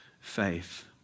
faith